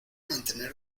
mantener